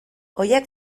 horiek